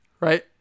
Right